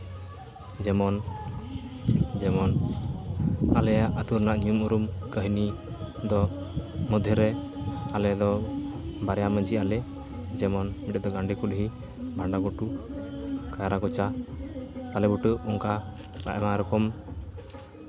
ᱡᱮᱢᱚᱱ ᱡᱮᱢᱚᱱ ᱟᱞᱮᱭᱟᱜ ᱟᱹᱛᱩ ᱨᱮᱱᱟᱜ ᱧᱩᱢᱼᱩᱨᱩᱢ ᱠᱟᱹᱦᱱᱤ ᱫᱚ ᱢᱚᱫᱽᱫᱷᱮ ᱨᱮ ᱟᱞᱮ ᱫᱚ ᱵᱟᱨᱭᱟ ᱢᱟᱹᱡᱷᱤᱜ ᱟᱞᱮ ᱡᱮᱢᱚᱱ ᱢᱤᱫᱴᱮᱱ ᱫᱚ ᱜᱟᱸᱰᱮ ᱠᱩᱞᱦᱤ ᱵᱷᱟᱸᱰᱟ ᱜᱷᱩᱴᱩ ᱠᱟᱭᱨᱟ ᱠᱚᱪᱟ ᱛᱟᱞᱮ ᱵᱩᱴᱟᱹ ᱚᱝᱠᱟ ᱟᱭᱢᱟ ᱟᱭᱢᱟ ᱨᱚᱠᱚᱢ